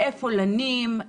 איפה לנים,